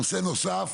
נושא נוסף,